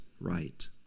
right